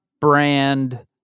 brand